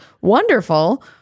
wonderful